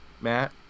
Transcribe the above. Matt